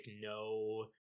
no